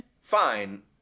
Fine